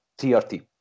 TRT